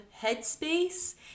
headspace